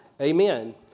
amen